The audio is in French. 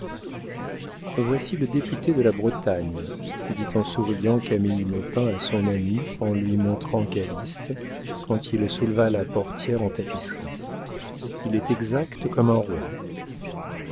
voici le député de la bretagne dit en souriant camille maupin à son amie en lui montrant calyste quand il souleva la portière en tapisserie il est exact comme un roi